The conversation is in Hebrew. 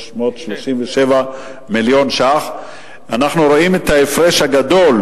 שקלים, אנחנו רואים את ההפרש הגדול,